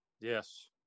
Yes